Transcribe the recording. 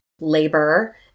labor